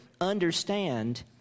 understand